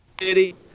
City